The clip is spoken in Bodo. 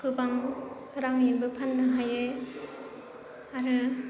गोबां रांनिबो फाननो हायो आरो